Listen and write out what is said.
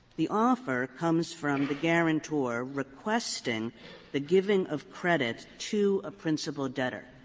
the offer comes from the guarantor requesting the giving of credit to a principal debtor.